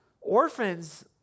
Orphans